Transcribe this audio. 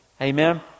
Amen